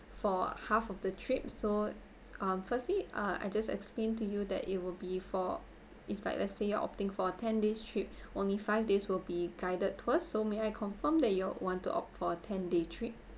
for half of the trip so uh firstly uh I just explain to you that it will be for if like let's say you are opting for ten days trip only five days will be guided tour so may I confirm that you want to opt for ten day trip